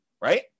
Right